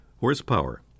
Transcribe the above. horsepower